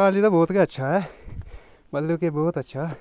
college ते बोह्त गै अच्छा ऐ मतलब कि बोह्त अच्छा ऐ